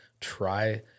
try